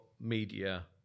media